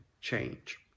change